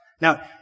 Now